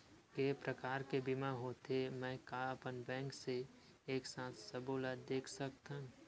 के प्रकार के बीमा होथे मै का अपन बैंक से एक साथ सबो ला देख सकथन?